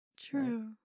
True